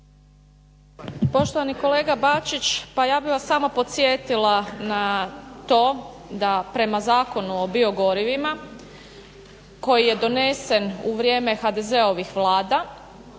Poštovani kolega Bačić, pa ja bih vas samo podsjetila na to da prema Zakonu o biogorivima koji je donesen u vrijeme HDZ-ovih Vlada